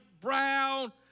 Brown